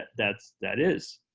that, that is.